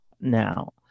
now